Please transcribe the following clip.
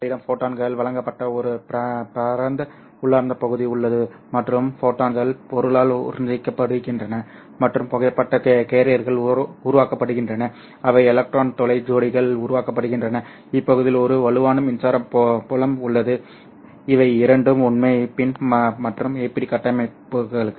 எனவே உங்களிடம் ஃபோட்டான்கள் வழங்கப்பட்ட ஒரு பரந்த உள்ளார்ந்த பகுதி உள்ளது மற்றும் இந்த ஃபோட்டான்கள் பொருளால் உறிஞ்சப்படுகின்றன மற்றும் புகைப்பட கேரியர்கள் உருவாக்கப்படுகின்றன அவை எலக்ட்ரான் துளை ஜோடிகள் உருவாக்கப்படுகின்றன இப்பகுதியில் ஒரு வலுவான மின்சார புலம் உள்ளது இவை இரண்டும் உண்மை PIN மற்றும் APD கட்டமைப்புகளுக்கு